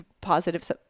positive